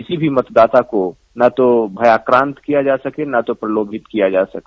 किसी भी मतदाता को न तो भयाक्रांत किया जा सके न तो प्रलोभित किया जा सके